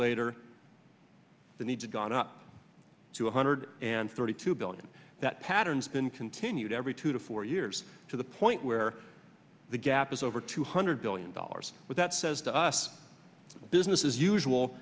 later the need to gone up to one hundred and thirty two billion that patterns been continued every two to four years to the point where the gap is over two hundred billion dollars with that says to us business as usual